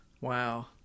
Wow